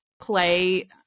play